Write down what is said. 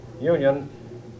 Union